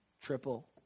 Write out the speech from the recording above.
triple